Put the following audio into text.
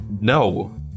No